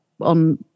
on